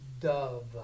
dove